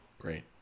Great